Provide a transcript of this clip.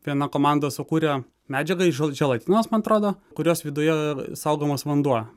viena komanda sukūrė medžiagą iš že želatinos man atrodo kurios viduje saugomas vanduo